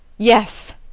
yes.